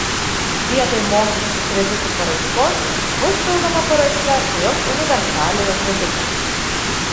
vietoj mokesčių kreditų paraiškos bus pildoma paraiška dėl universaliojo kredito